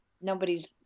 Nobody's